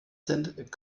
sind